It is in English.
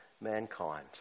mankind